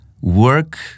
work